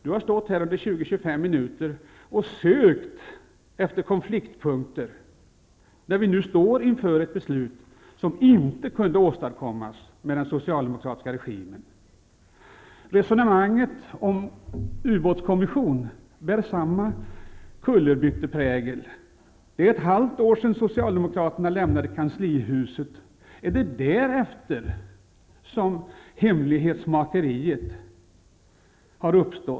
Han har stått här i 20--25 minuter och sökt efter konfliktpunkter. Vi står nu inför ett beslut som inte kunde åstadkommas under den socialdemokratiska regimen. Resonemanget om en ubåtskommission bär samma prägel av kullerbytta. Det är ett halvt år sedan Socialdemokraterna lämnade Kanslihuset. Är det därefter som hemlighetsmakeriet har uppstått?